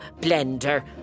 blender